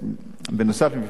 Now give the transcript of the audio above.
נוסף על מבחן התלות,